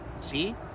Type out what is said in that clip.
see